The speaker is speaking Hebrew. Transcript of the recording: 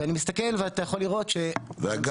ואני מסתכל ואתה יכול לראות ש --- ואגב,